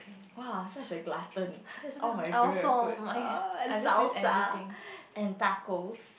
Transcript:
!wah! such a glutton that's all my favourite food uh and salsa and tacos